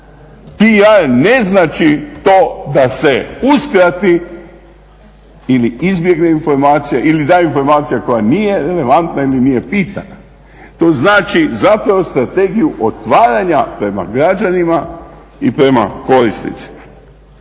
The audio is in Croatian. PR ne znači to da se uskrati ili izbjegne informacija ili da informacija koja nije relevantna ili nije pitanja. To znači zapravo strategiju otvaranja prema građanima i prema korisnicima.